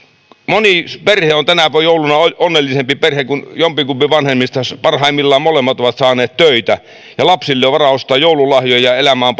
moni perhe on tänä jouluna onnellisempi perhe kun jompikumpi vanhemmista parhaimmillaan molemmat ovat saaneet töitä ja lapsille on varaa ostaa joululahjoja ja elämä on